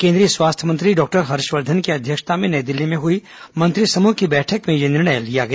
केन्द्रीय स्वास्थ्य मंत्री डॉक्टर हर्षवर्धन की अध्यक्षता में नई दिल्ली में हई मंत्रिसमूह की बैठक में यह निर्णय किया गया